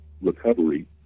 recovery